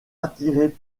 attirée